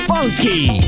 Funky